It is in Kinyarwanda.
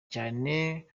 cyane